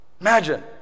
Imagine